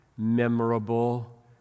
memorable